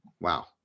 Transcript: wow